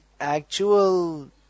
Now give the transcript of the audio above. actual